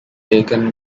taken